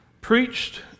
preached